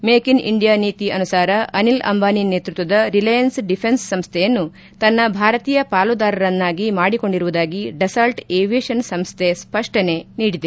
make in India ನೀತಿ ಅನುಸಾರ ಅನಿಲ್ ಅಂಬಾನಿ ನೇತೃತ್ವದ ರಿಲೆಯನ್ಸ್ ಡಿಫೆನ್ಸ್ ಸಂಸ್ವೆಯನ್ನು ತನ್ನ ಭಾರತೀಯ ಪಾಲುದಾರರನನ್ನಾಗಿ ಮಾಡಿಕೊಂಡಿರುವುದಾಗಿ ಡಸಾಲ್ಟ್ ಏವಿಯೇಷನ್ ಸಂಸ್ಥೆ ಸ್ಪಷ್ಟನೆ ನೀಡಿದೆ